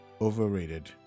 Overrated